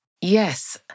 Yes